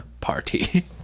Party